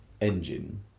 engine